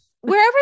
wherever